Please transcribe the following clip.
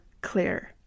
clear